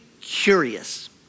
curious